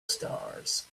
stars